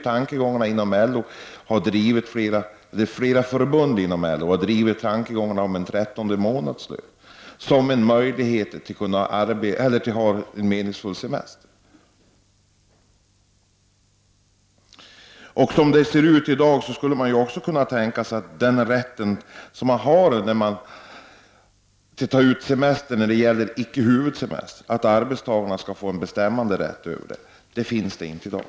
Flera förbund inom LO har drivit tanken på en trettonde månadslön som en möjlighet till en meningsfull semester. Med tanke på de förhållanden som råder i dag skulle man också kunna tänka sig att arbetstagarna kunde få rätten att bestämma över uttaget av den del av semestern som icke är semesterns huvuddel. Den rätten finns inte i dag.